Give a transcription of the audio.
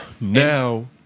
Now